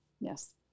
Yes